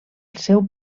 seu